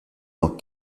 dans